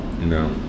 No